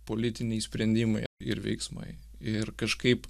politiniai sprendimai ir veiksmai ir kažkaip